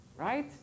right